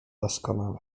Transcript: doskonale